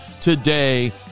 today